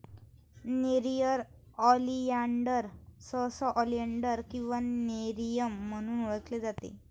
nerium oleander सहसा oleander किंवा nerium म्हणून ओळखले जाते